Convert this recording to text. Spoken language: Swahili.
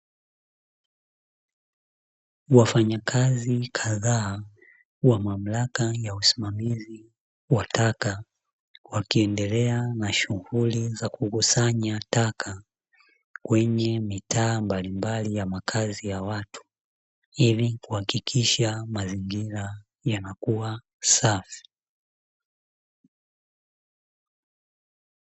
Wafanyakazi kadhaa wa mamlaka ya usimamizi wa taka, wakiendelea na shughuli za kukusanya taka kwenye mitaa mbalimbali ya makazi ya watu, ili kuhakikisha mazingira yanakuwa safi.